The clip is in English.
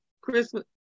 Christmas